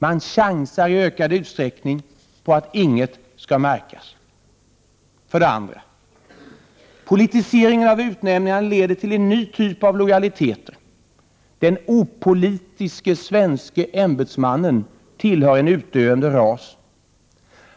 Man chansar i ökad utsträckning på att inget skall märkas. För det andra: Politiseringen av utnämningarna leder till en ny typ av lojaliteter. Den opolitiske svenske ämbetsmannen tillhör en utdöende ras.